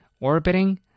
orbiting